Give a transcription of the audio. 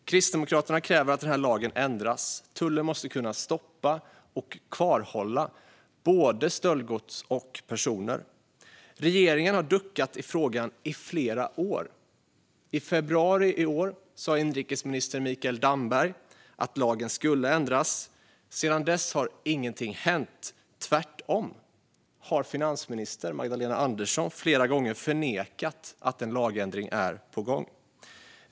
Kristdemokraterna kräver att lagen ändras; tullen måste kunna stoppa och kvarhålla både stöldgods och personer. Regeringen har duckat i frågan i flera år. I februari i år sa inrikesminister Mikael Damberg att lagen skulle ändras, men sedan dess har ingenting hänt - tvärtom har finansminister Magdalena Andersson flera gånger förnekat att en lagändring är på gång.